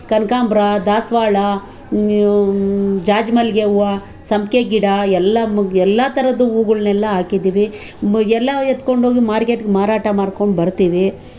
ಕನಕಾಂಬರ ದಾಸವಾಳ ಜಾಜಿ ಮಲ್ಲಿಗೆ ಹೂವು ಸಂಪಿಗೆ ಗಿಡ ಎಲ್ಲ ಮೊಗ್ಗು ಎಲ್ಲ ಥರದ ಹೂಗಳನ್ನೆಲ್ಲ ಹಾಕಿದ್ದೀವಿ ಎಲ್ಲ ಎತ್ಕೊಂಡು ಹೋಗಿ ಮಾರ್ಕೆಟ್ಗೆ ಮಾರಾಟ ಮಾಡ್ಕೊಂಡು ಬರ್ತೀವಿ